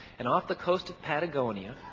and off the coast of patagonia,